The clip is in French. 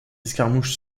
escarmouches